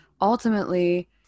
Ultimately